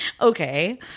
Okay